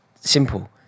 simple